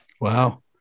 wow